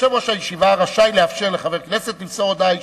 יושב-ראש הישיבה רשאי לאפשר לחבר כנסת למסור הודעה אישית,